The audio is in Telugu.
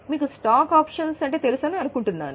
మీకు స్టాక్ ఆప్షన్స్ తెలుసని నేను ఆశిస్తున్నాను